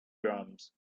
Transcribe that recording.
drums